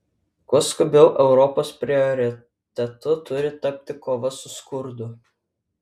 kuo skubiau europos prioritetu turi tapti kova su skurdu